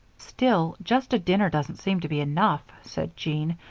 still, just a dinner doesn't seem to be enough, said jean,